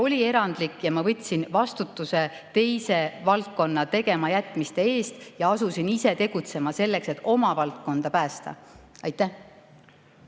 [ülesanne], aga ma võtsin vastutuse teise valdkonna tegematajätmiste eest ja asusin ise tegutsema, et oma valdkonda päästa. Aitäh!